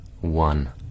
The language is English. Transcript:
one